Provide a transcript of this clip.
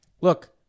Look